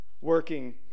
working